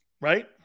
Right